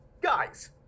guys